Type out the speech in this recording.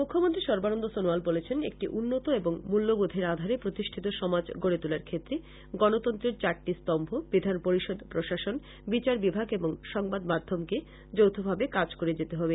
মুখ্যমন্ত্রী সর্বানন্দ সনোয়াল বলেছেন একটি উন্নত এবং মূল্যবোধের আধারে প্রতিষ্ঠিত সমাজ গড়ে তোলার ক্ষেত্রে গণতন্ত্রের চারটি স্তম্ভ বিধান পরিষদ প্রশাসন বিচারবিভাগ ও সংবাদমাধ্যমকে যৌথভাবে কাজ করে যেতে হবে